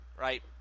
right